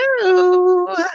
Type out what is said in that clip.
No